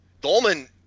Dolman